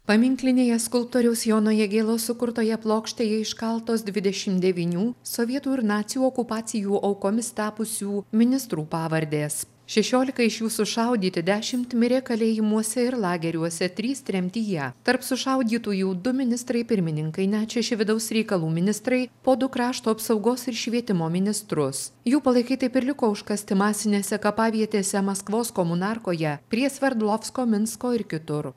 paminklinėje skulptoriaus jono jagėlos sukurtoje plokštėje iškaltos dvidešimt devynių sovietų ir nacių okupacijų aukomis tapusių ministrų pavardės šešiolika iš jų sušaudyti dešimt mirė kalėjimuose ir lageriuose trys tremtyje tarp sušaudytųjų du ministrai pirmininkai net šeši vidaus reikalų ministrai po du krašto apsaugos ir švietimo ministrus jų palaikai taip ir liko užkasti masinėse kapavietėse maskvos komunarkoje prie sverdlovsko minsko ir kitur